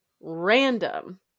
random